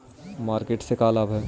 Market से का लाभ है?